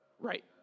Right